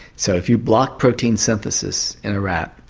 so if you block protein synthesis in a rat,